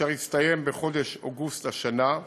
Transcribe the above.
אשר יסתיים בחודש אוגוסט השנה,